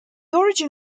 origin